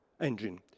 engine